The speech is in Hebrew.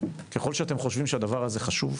ככל שאתם חושבים שהדבר הזה חשוב,